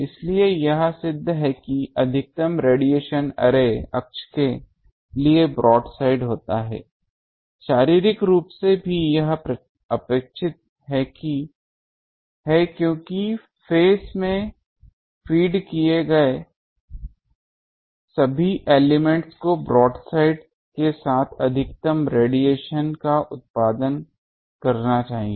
इसलिए यह सिद्ध है कि अधिकतम रेडिएशन अर्रे अक्ष के लिए ब्रॉडसाइड होता है शारीरिक रूप से भी यह अपेक्षित है क्योंकि फेज में फेड गए सभी एलिमेंट्स को ब्रॉडसाइड के साथ अधिकतम रेडिएशन का उत्पादन करना चाहिए